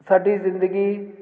ਸਾਡੀ ਜ਼ਿੰਦਗੀ